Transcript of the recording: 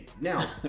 now